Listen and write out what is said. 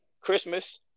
Christmas